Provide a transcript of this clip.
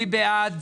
מי בעד?